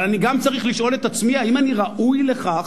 אבל אני גם צריך לשאול את עצמי: האם אני ראוי לכך?